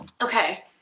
Okay